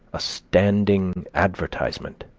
a standing advertisement,